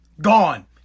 gone